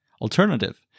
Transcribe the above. alternative